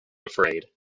afraid